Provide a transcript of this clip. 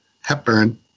Hepburn